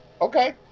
Okay